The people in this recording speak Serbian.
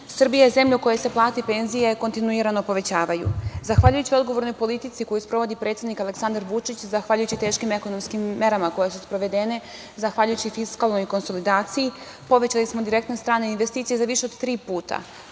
je zemlja u kojoj se plate i penzije kontinuirano povećavaju. Zahvaljujući odgovornoj politici koju sprovodi predsednik Aleksandar Vučić, zahvaljujući teškim ekonomskim merama koje su sprovedene, zahvaljujući fiskalnoj konsolidaciji, povećali smo direktne strane investicije za više od tri puta,